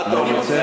מה אתה אומר?